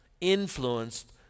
influenced